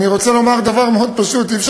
אני רוצה לומר דבר מאוד פשוט: אי-אפשר